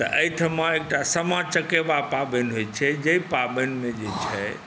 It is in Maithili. तऽ एहिठमा एकटा सामा चकेबा पाबनि होइ छै जे पाबनिमे जे छै